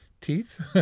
Teeth